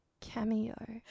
cameo